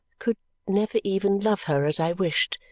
could never even love her as i wished.